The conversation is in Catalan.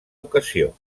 ocasió